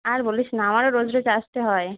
আর বলিস না আমারও রোজ রোজ আসতে হয়